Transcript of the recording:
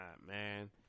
man